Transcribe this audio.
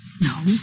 No